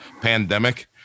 pandemic